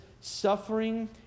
Suffering